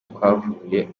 twavuye